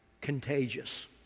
contagious